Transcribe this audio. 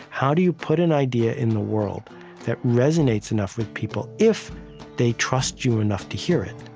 how do you put an idea in the world that resonates enough with people if they trust you enough to hear it.